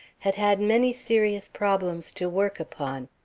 had had many serious problems to work upon,